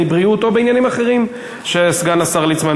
בריאות או בעניינים אחרים שסגן השר ליצמן,